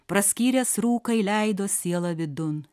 praskyręs rūką įleido sielą vidun